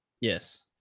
Yes